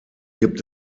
gibt